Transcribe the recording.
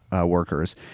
workers